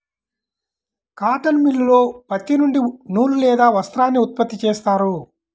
cotton మిల్లులో పత్తి నుండి నూలు లేదా వస్త్రాన్ని ఉత్పత్తి చేస్తారు